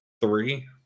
three